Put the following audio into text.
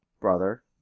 brother